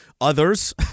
others